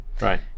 right